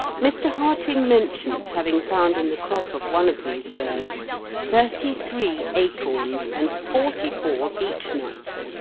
mr. harting mentions having found in the crop of one of these birds thirty-three acorns and forty-four beech-nuts,